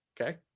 Okay